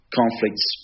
conflicts